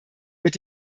mit